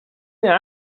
mir